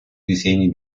disegni